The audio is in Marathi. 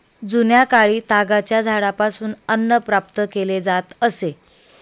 जुन्याकाळी तागाच्या झाडापासून अन्न प्राप्त केले जात असे